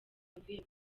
avuye